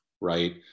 right